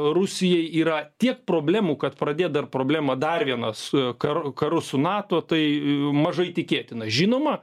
rusijai yra tiek problemų kad pradėti dar problemą dar vieną su kar karu su nato tai mažai tikėtina žinoma